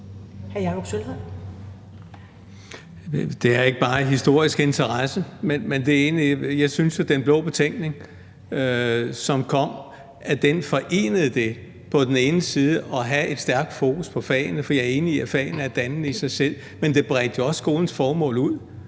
Det er ikke bare af historisk interesse, men jeg synes jo, at »Den Blå Betænkning«, som kom, forenede det, altså på den ene side at have et stærkt fokus på fagene – for jeg er enig i, at fagene er dannende i sig selv – men på den anden side jo også bredte skolens formål ud,